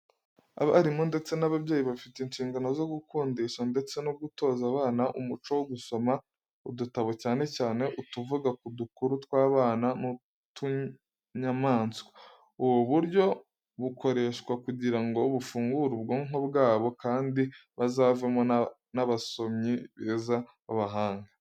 Abarimu ndetse n'ababyeyi bafite inshingano zo gukundisha ndetse no gutoza abana umuco wo gusoma udutabo cyane cyane utuvuga ku dukuru tw'abana n'utunyamaswa. Ubu buryo bukoreshwa kugira ngo bufungure ubwonko bwabo kandi bazavemo n'abasomyi beza b'abahanga.